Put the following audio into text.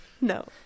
No